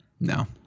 No